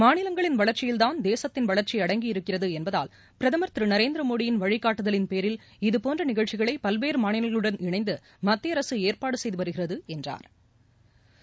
மாநிலங்களின் வளர்ச்சியில்தான் தேசத்தின் வளர்ச்சி அடங்கியிருக்கிறது என்பதால் பிரதமர் திரு நரேந்திரமோடியின் வழிகாட்டுதலின் பேரில் இதபோன்ற நிகழ்ச்சிகளை பல்வேறு மாநிலங்களுடன் இணைந்து மத்திய அரசு ஏற்பாடு செய்து வருகிறது என்றா்